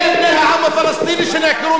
אלה בני העם הפלסטיני שנעקרו